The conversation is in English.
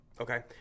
Okay